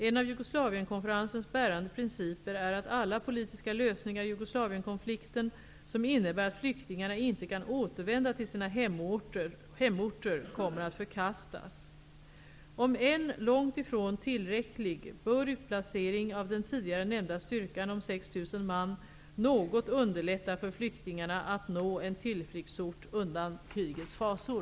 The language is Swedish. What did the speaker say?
En av Jugoslavienkonferensens bärande principer är att alla politiska lösningar i Jugoslavienkonflikten, som innebär att flyktingarna inte kan återvända till sina hemorter, kommer att förkastas. Om än långt ifrån tillräcklig bör utplacering av den tidigare nämnda styrkan om 6 000 man något underlätta för flyktingarna att nå en tillflyktsort undan krigets fasor.